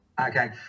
Okay